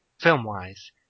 Film-wise